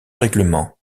règlement